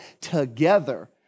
together